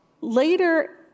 Later